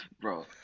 Bro